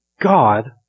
God